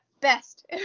best